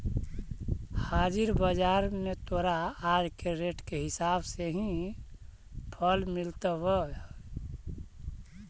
हाजिर बाजार में तोरा आज के रेट के हिसाब से ही फल मिलतवऽ